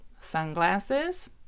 sunglasses